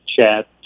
Chat